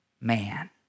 man